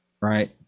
right